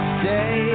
stay